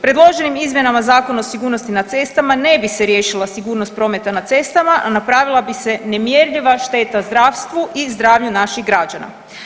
Predloženim izmjenama Zakona o sigurnosti na cestama ne bi se riješila sigurnost prometa na cestama, a napravila bi se nemjerljiva šteta zdravstvu i zdravlju naših građana.